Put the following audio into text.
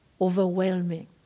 overwhelming